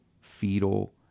fetal